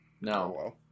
No